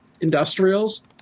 industrials